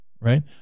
right